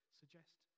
suggest